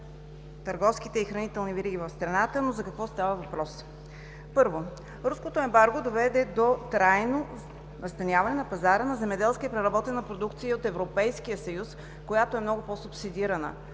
търговските и хранителни вериги в страната, но за какво става въпрос? Първо, руското ембарго доведе до трайно настаняване на пазара на земеделска и преработена продукция от Европейския съюз, която е много по-субсидирана.